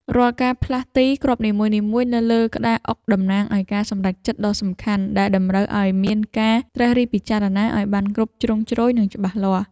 រាល់ការផ្លាស់ទីគ្រាប់នីមួយៗនៅលើក្តារអុកតំណាងឱ្យការសម្រេចចិត្តដ៏សំខាន់ដែលតម្រូវឱ្យមានការត្រិះរិះពិចារណាឱ្យបានគ្រប់ជ្រុងជ្រោយនិងច្បាស់លាស់។